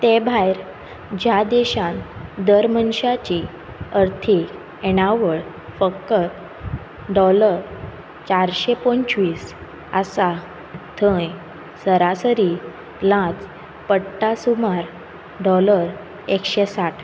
ते भायर ज्या देशान दर मनशाची अर्थीक येणावळ फकत डॉलर चारशे पंचवीस आसा थंय सरासरी लांच पडटा सुमार डॉलर एकशे साठ